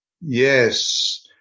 yes